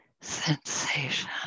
sensation